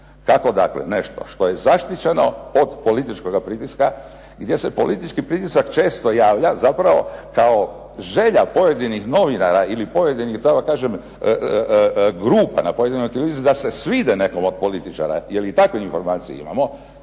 kako dakle nešto što je zaštićeno od političkoga pritiska, gdje se politički pritisak često javlja zapravo kao želja pojedinih novinara ili pojedinih da tako kažem grupa na pojedinoj televiziji da se svide nekom od političara, jer i takve informacije imamo,